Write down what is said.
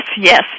yes